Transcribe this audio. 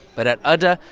but at adda,